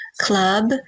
club